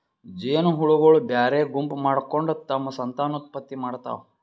ಜೇನಹುಳಗೊಳ್ ಬ್ಯಾರೆ ಗುಂಪ್ ಮಾಡ್ಕೊಂಡ್ ತಮ್ಮ್ ಸಂತಾನೋತ್ಪತ್ತಿ ಮಾಡ್ತಾವ್